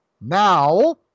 Now